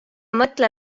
mõtle